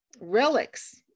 relics